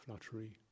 fluttery